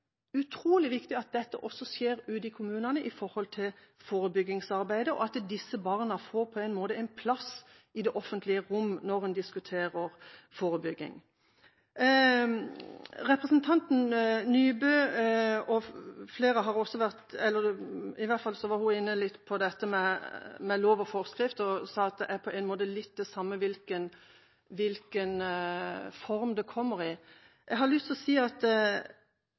utrolig viktig at dette også skjer ute i kommunene, og at disse barna på en måte får en plass i det offentlige rom når en diskuterer forebygging. Representanten Nybø var inne på dette med lov og forskrift og sa at det på en måte er litt det samme hvilken form det kommer i. Jeg har lyst til å si at